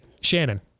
Shannon